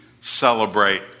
celebrate